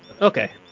Okay